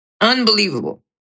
Unbelievable